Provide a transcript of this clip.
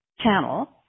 channel